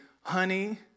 honey